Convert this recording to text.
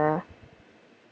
ah